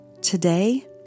today